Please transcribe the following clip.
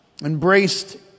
embraced